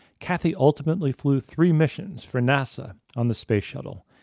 kathy ultimately flew three missions for nasa on the space shuttle,